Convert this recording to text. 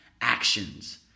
actions